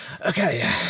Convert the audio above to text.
Okay